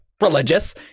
religious